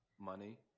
money